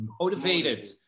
motivated